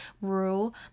Rule